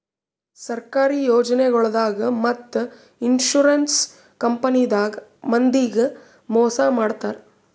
ಸರ್ಕಾರಿ ಯೋಜನಾಗೊಳ್ದಾಗ್ ಮತ್ತ್ ಇನ್ಶೂರೆನ್ಸ್ ಕಂಪನಿದಾಗ್ ಮಂದಿಗ್ ಮೋಸ್ ಮಾಡ್ತರ್